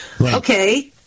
okay